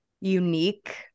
unique